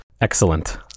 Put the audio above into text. excellent